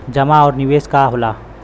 जमा और निवेश का होला?